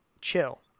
chill